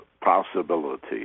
possibility